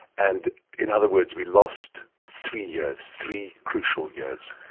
and in other words, we lost three years, three crucial years.